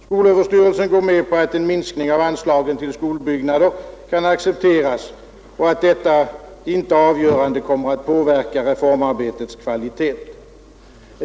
Skolöverstyrelsen har förklarat att en minskning av anslagen till skolbyggnader kan accepteras och att detta inte avgörande kommer att påverka reformarbetets kvalitet.